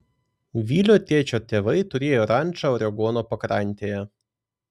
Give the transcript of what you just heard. vilio tėčio tėvai turėjo rančą oregono pakrantėje